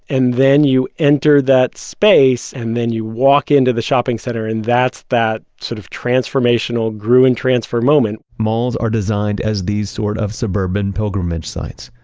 and then you enter that space and then you walk into the shopping center and that's that sort of transformational gruen transfer moment malls are designed as these sort of suburban pilgrimage sites,